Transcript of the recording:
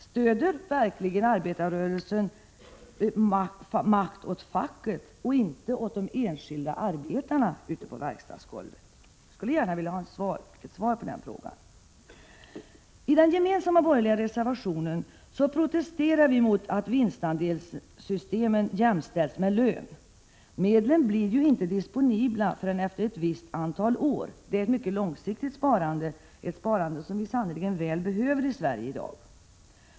Stöder verkligen arbetarrörelsen fackets makt och inte de enskilda arbetarnas — de som finns ute på verkstadsgolvet — makt? Jag skulle gärna vilja ha svar på dessa frågor. I den gemensamma borgerliga reservationen protesterar vi mot att vinstandelar jämställs med lön. Medlen blir inte disponibla förrän efter ett visst antal år. Det är ett mycket långsiktigt sparande, som vi sannerligen väl behöver i Sverige i dag.